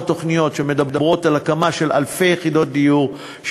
תוכניות שמדברות על הקמת אלפי יחידות דיור,